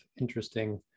interesting